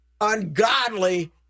ungodly